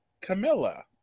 Camilla